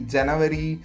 January